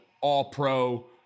all-pro